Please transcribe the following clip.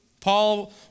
Paul